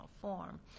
form